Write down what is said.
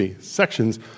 sections